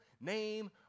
name